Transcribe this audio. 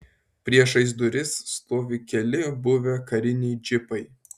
priešais duris stovi keli buvę kariniai džipai